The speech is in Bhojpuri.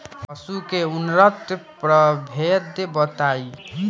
पशु के उन्नत प्रभेद बताई?